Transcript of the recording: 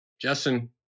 Justin